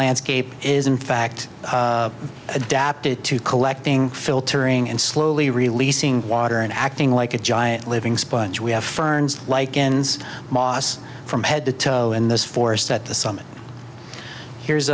landscape is in fact adapted to collecting filtering and slowly releasing water and acting like a giant living sponge we have ferns like in moss from head to toe in this forest at the summit here's